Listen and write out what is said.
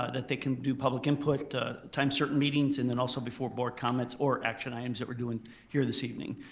that they can do public input at times certain meetings and then also before board comments or action items that we're doin' here this evening.